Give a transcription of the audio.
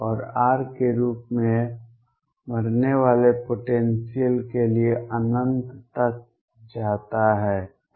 और r के रूप में मरने वाले पोटेंसियल के लिए अनंत तक जाता है